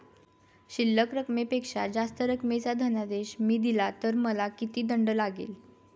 शिल्लक रकमेपेक्षा जास्त रकमेचा धनादेश मी दिला तर मला किती दंड लागेल?